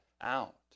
out